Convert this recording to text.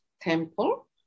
temple